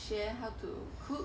学 how to cook